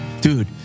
Dude